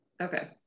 Okay